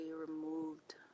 removed